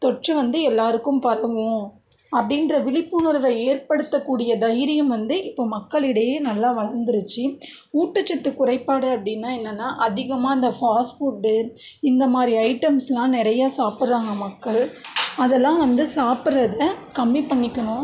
தொற்று வந்து எல்லாருக்கும் பரவும் அப்படின்ற விழிப்புணர்வை ஏற்படுத்தக்கூடிய தைரியம் வந்து இப்போ மக்களிடையே நல்லா வளர்ந்துருச்சு ஊட்டச்சத்து குறைப்பாடு அப்படின்னா என்னன்னா அதிகமாக இந்த ஃபாஸ்ட் ஃபுட்டு இந்த மாரி ஐட்டம்ஸ்லாம் நிறையா சாப்பிட்றாங்க மக்கள் அதெல்லாம் வந்து சாப்பிட்றத கம்மி பண்ணிக்கணும்